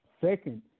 Second